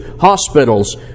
hospitals